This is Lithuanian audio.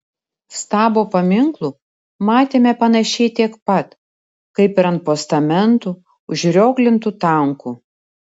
stabo paminklų matėme panašiai tiek pat kaip ir ant postamentų užrioglintų tankų